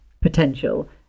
potential